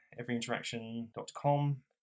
EveryInteraction.com